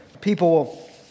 people